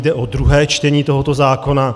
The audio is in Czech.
Jde o druhé čtení tohoto zákona.